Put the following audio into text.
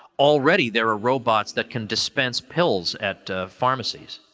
already there are robots that can dispense pills at pharmacies,